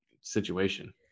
situation